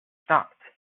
stopped